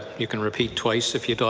you can repeat twice if you